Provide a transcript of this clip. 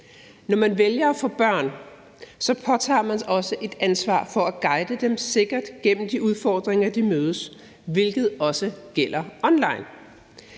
Når man vælger at få børn, påtager man sig også et ansvar for at guide dem sikkert igennem de udfordringer, de møder, hvilket også gælder online.